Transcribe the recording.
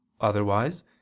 otherwise